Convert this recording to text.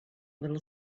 little